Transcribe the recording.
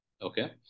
Okay